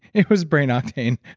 it was brain octane,